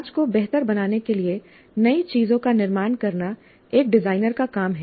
समाज को बेहतर बनाने के लिए नई चीजों का निर्माण करना एक इंजीनियर का काम है